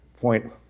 Point